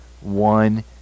one